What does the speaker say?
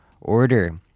order